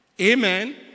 Amen